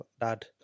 dad